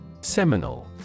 Seminal